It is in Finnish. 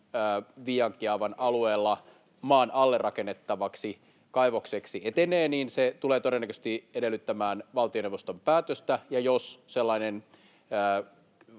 Viiankiaavan alueella maan alle rakennettavaksi kaivokseksi etenee, niin se tulee todennäköisesti edellyttämään valtioneuvoston päätöstä. Ja jos sellainen